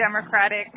democratic